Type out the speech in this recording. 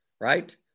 right